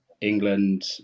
England